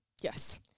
Yes